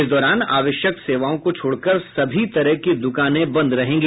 इस दौरान आवश्यक सेवाओं को छोड़कर सभी तरह की द्कानें बंद रहेंगी